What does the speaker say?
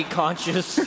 conscious